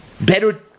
better